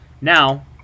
Now